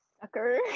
Sucker